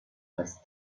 است